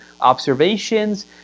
observations